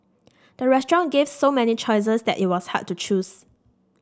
the restaurant gave so many choices that it was hard to choose